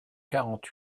quarante